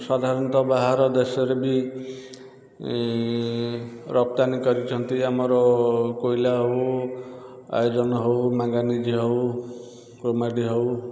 ସାଧାରଣତଃ ବାହାର ଦେଶରେ ବି ରପ୍ତାନି କରିଛନ୍ତି ଆମର କୋଇଲା ହେଉ ଆଇରନ୍ ହେଉ ମାଙ୍ଗାନିଜ୍ ହେଉ କ୍ରୋମାଇଟ୍ ହେଉ